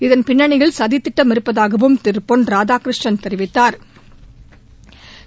இதன் பின்னணியில் சதித்திட்டம் இருப்பதாகவும் திரு பொன் ராதாகிருஷ்ணன் தெரிவித்தாா்